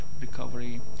recovery